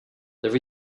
there